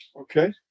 Okay